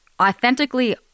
authentically